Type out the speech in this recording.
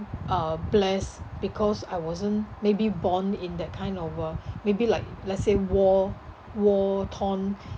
uh blessed because I wasn't maybe born in that kind of world maybe like let's say war war torn